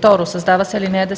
2. Създава се ал. 10: